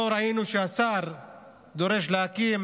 לא ראינו שהשר דורש לקיים